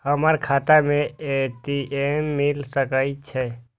हमर खाता में ए.टी.एम मिल सके छै?